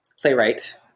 playwright